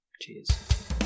Cheers